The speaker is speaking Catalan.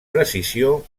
precisió